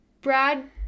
Brad